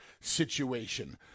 situation